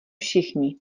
všichni